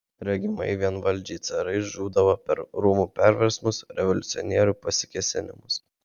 regimai vienvaldžiai carai žūdavo per rūmų perversmus revoliucionierių pasikėsinimus